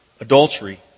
adultery